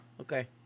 okay